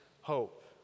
hope